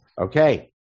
Okay